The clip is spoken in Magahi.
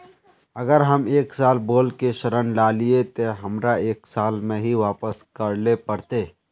अगर हम एक साल बोल के ऋण लालिये ते हमरा एक साल में ही वापस करले पड़ते?